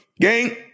Gang